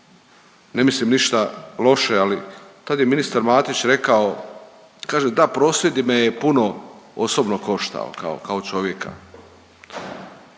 ne mislim ništa loše ali tada je ministar Matić rekao, kaže: „Da prosvjed me je puno osobno koštao kao čovjeka.“